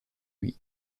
lui